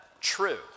true